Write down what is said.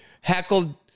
heckled